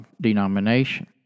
denomination